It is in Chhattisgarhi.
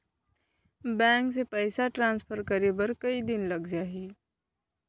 बैंक से पइसा ट्रांसफर करे बर कई दिन लग जाही?